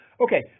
Okay